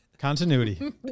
Continuity